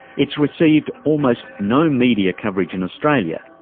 it's received almost no media coverage in australia,